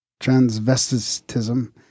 transvestitism